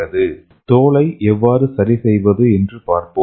சரிசெய்வது என்று தோலை எவ்வாறு சரி செய்வது என்று பார்ப்போம்